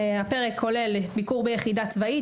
הפרק כולל ביקור ביחידה צבאית,